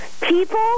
People